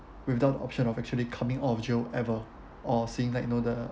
we've done option of actually coming out of jail ever or seeing like you know the